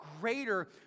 greater